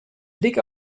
blick